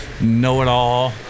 know-it-all